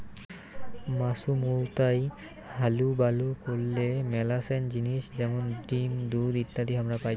মাছুমৌতাই হালুবালু করলে মেলাছেন জিনিস যেমন ডিম, দুধ ইত্যাদি হামরা পাইচুঙ